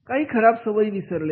काही खराब सवयी विसरले